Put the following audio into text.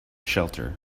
shelter